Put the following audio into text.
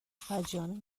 فجیعانه